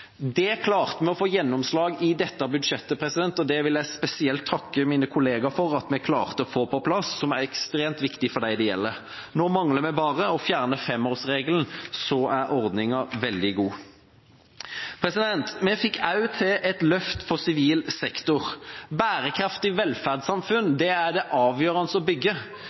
Det klarte vi å få gjennomslag for i dette budsjettet, og det vil jeg spesielt takke mine kolleger for at vi klarte å få på plass. Dette er ekstremt viktig for dem det gjelder. Nå mangler vi bare å fjerne femårsregelen, og så er ordningen veldig god. Vi fikk også til et løft for sivil sektor. Det er avgjørende å bygge